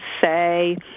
say